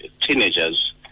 teenagers